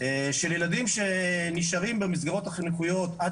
של ילדים שנשארים במסגרות החינוכיות עד